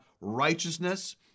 righteousness